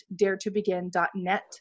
daretobegin.net